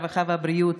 הרווחה והבריאות